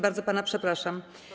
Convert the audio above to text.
Bardzo pana przepraszam.